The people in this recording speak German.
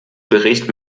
bericht